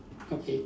okay